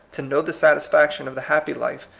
to know the satisfaction of the happy life,